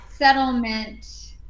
settlement